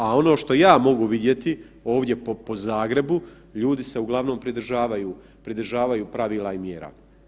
A ono što ja mogu vidjeti ovdje po Zagrebu, ljudi se uglavnom pridržavaju pravila i mjera.